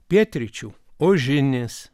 pietryčių ožinis